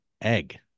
egg